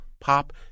pop